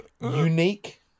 Unique